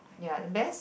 ya the best